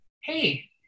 hey